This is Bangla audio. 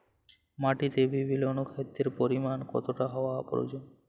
মাটিতে বিভিন্ন অনুখাদ্যের পরিমাণ কতটা হওয়া প্রয়োজন?